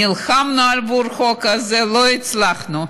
נלחמנו עבור החוק הזה ולא הצלחנו.